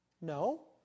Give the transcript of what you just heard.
No